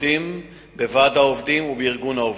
עובדים בוועד העובדים ובארגון העובדים,